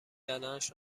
کردنش